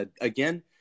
again